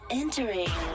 entering